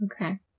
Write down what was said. Okay